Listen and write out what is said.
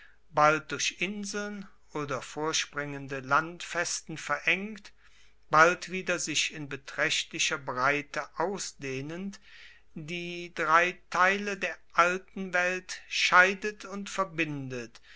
bald durch inseln oder vorspringende landfesten verengt bald wieder sich in betraechtlicher breite ausdehnend die drei teile der alten welt scheidet und verbindet